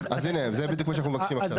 אז הנה, אז זה בדיוק מה שאנחנו מבקשים עכשיו.